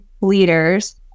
leaders